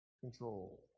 control